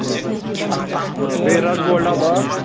آ بیٚیہِ رَس گول ڈَبہٕ اکھ